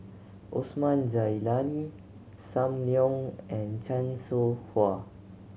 Osman Zailani Sam Leong and Chan Soh Ha